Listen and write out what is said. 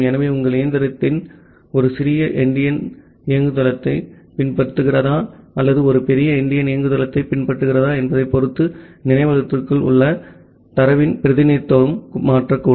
ஆகவே உங்கள் இயந்திரம் ஒரு சிறிய எண்டியன் இயங்குதளத்தைப் பின்பற்றுகிறதா அல்லது ஒரு பெரிய எண்டியன் இயங்குதளத்தைப் பின்பற்றுகிறதா என்பதைப் பொறுத்து நினைவகத்திற்குள் உள்ள தரவின் பிரதிநிதித்துவம் மாறக்கூடும்